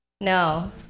No